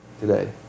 today